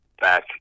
back